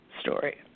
story